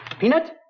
peanut